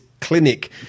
clinic